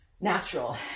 natural